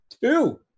Two